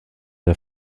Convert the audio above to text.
der